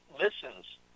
listens